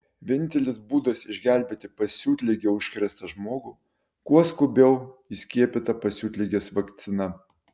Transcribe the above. vienintelis būdas išgelbėti pasiutlige užkrėstą žmogų kuo skubiau įskiepyta pasiutligės vakcina